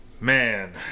Man